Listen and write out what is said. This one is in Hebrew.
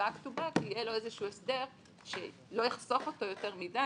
ש-back to back יהיה לו איזשהו הסדר שלא יחשוף אותו יותר מדיי,